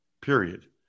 period